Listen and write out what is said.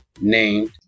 named